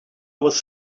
was